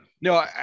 No